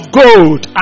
gold